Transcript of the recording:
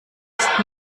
ist